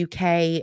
UK